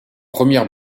premières